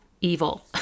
evil